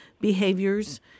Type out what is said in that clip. behaviors